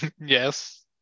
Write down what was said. Yes